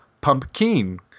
Pumpkin